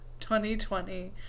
2020